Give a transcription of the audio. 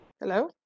Hello